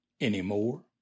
anymore